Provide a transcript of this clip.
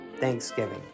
Thanksgiving